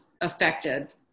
affected